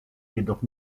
jedoch